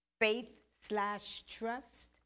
faith-slash-trust